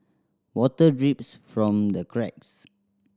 water drips from the cracks